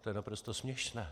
To je naprosto směšné.